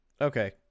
Okay